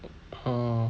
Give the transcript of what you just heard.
uh